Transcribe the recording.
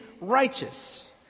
righteous